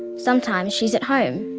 sometimes she's at home.